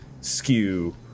skew